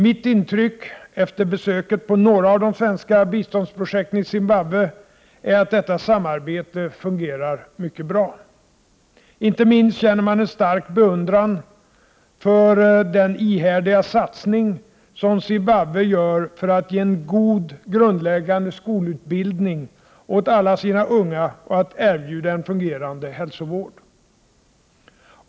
Mitt intryck, efter besök på några av de svenska biståndsprojekten i Zimbabwe, är att detta samarbete fungerar mycket bra. Inte minst känner man en stark beundran för den ihärdiga satsning som Zimbabwe gör för att ge en god grundläggande skolutbildning åt alla sina unga och att erbjuda en fungerande hälsovård.